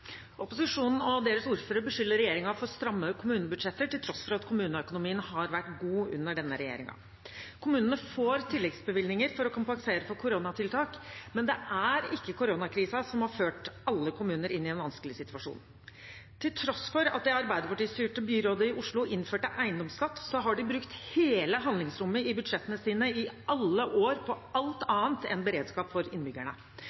Opposisjonen og deres ordførere beskylder regjeringen for stramme kommunebudsjetter, til tross for at kommuneøkonomien har vært god under denne regjeringen. Kommunene får tilleggsbevilgninger for å kompensere for koronatiltak, men det er ikke koronakrisen som har ført alle kommuner inn i en vanskelig situasjon. Til tross for at det arbeiderpartistyrte byrådet i Oslo innførte eiendomsskatt, har de brukt hele handlingsrommet i budsjettene sine i alle år på alt annet enn beredskap for innbyggerne: